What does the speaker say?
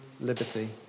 liberty